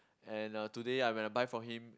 and uh today I when I buy from him